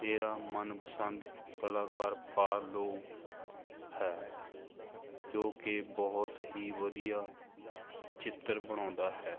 ਮੇਰਾ ਮਨਪਸੰਦ ਕਲਾਕਾਰ ਪਾਰਲੋ ਹੈ ਜੋ ਕਿ ਬਹੁਤ ਹੀ ਵਧੀਆ ਚਿੱਤਰ ਬਣਾਉਂਦਾ ਹੈ